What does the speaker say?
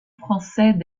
français